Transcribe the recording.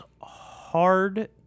hard